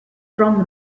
from